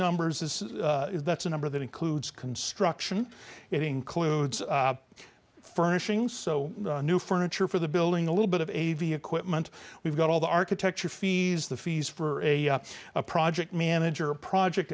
numbers as if that's a number that includes construction it includes furnishings so new furniture for the building a little bit of a v equipment we've got all the architecture fees the fees for a project manager project